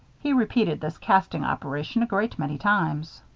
he repeated this casting operation a great many times.